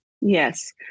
yes